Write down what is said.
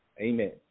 amen